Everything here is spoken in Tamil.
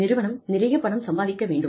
நிறுவனம் நிறைய பணம் சம்பாதிக்க வேண்டும்